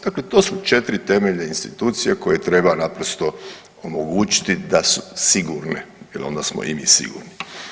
Dakle, to su 4 temeljne institucije koje treba naprosto omogućiti da su sigurne jel onda smo i mi sigurni.